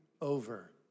over